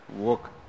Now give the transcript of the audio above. work